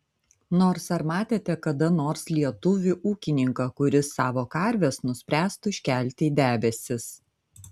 nors ar matėte kada nors lietuvį ūkininką kuris savo karves nuspręstų iškelti į debesis